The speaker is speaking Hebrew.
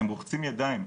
הם רוחצים ידיים,